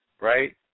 right